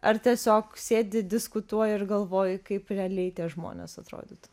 ar tiesiog sėdi diskutuoji ir galvoji kaip realiai tie žmonės atrodytų